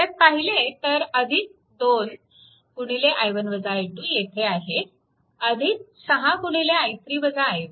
त्यात पाहिले तर 2 येथे आहे 6 6